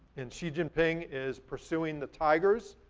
and xi jinping is pursuing the tigers,